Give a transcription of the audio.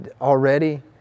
already